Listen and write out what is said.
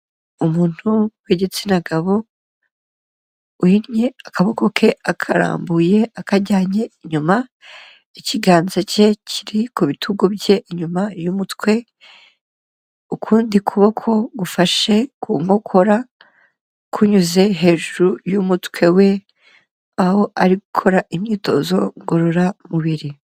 Umuntu w'igitsina gabo uhinnye akaboko ke akarambuye akajyanye inyuma, ikiganza cye kiri ku bitugu bye inyuma y'umutwe ukundi kuboko gufashe ku nkokora kunyuze hejuru y'umutwe we aho ari gukora imyitozo ngororamubiri.